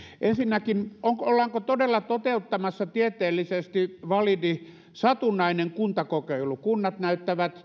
ensinnäkin ollaanko todella toteuttamassa tieteellisesti validi satunnainen kuntakokeilu kunnat näyttävät